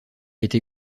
été